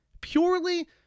purely